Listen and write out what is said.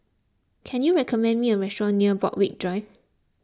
can you recommend me a restaurant near Borthwick Drive